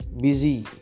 Busy